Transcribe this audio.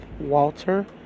Walter